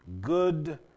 good